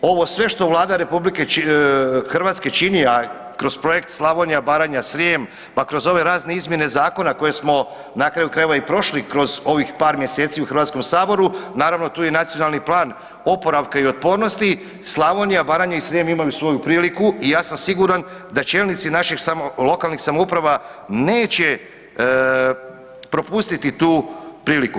Ovo sve što Vlada RH čini, a kroz projekt Slavonija, Baranja, Srijem, pa kroz ove razne izmjene zakona koje smo na kraju krajeva i prošli kroz ovih par mjeseci u Hrvatskom saboru, naravno tu je i Nacionalni plan oporavka i otpornosti, Slavonija, Baranja i Srijem imaju svoju priliku i ja sam siguran da čelnici našeg lokalnih samouprava neće propustiti tu priliku.